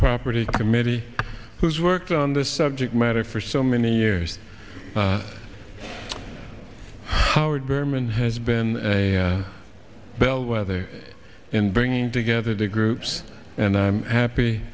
property committee who's worked on this subject matter for so many years howard berman has been a bellwether and bringing together the groups and i'm happy